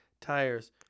Tires